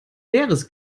leeres